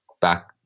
back